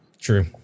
True